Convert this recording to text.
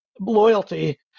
loyalty